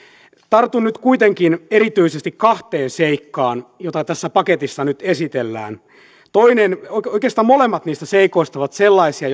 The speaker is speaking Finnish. tartun nyt kuitenkin erityisesti kahteen seikkaan joita tässä paketissa nyt esitellään oikeastaan molemmat niistä seikoista ovat sellaisia